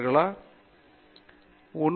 பேராசிரியர் ராஜேஷ் குமார் சரியானது